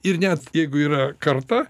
ir net jeigu yra karta